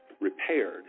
repaired